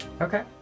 Okay